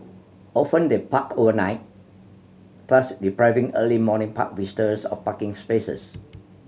often they park overnight thus depriving early morning park visitors of parking spaces